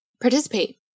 participate